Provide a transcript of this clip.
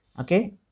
okay